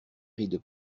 ride